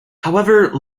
however